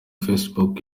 facebook